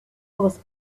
was